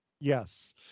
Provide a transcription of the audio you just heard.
Yes